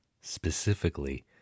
Specifically